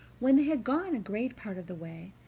when they had gone a great part of the way,